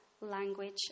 language